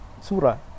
surah